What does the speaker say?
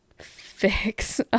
fix